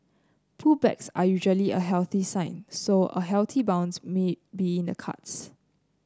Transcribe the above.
pullbacks are usually a healthy sign so a healthy bounce me be in the cards